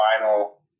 final